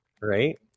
Right